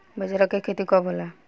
बजरा के खेती कब होला?